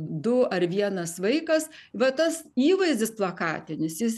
du ar vienas vaikas va tas įvaizdis plakatinis jis